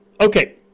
Okay